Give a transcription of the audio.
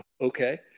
Okay